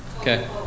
Okay